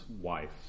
wife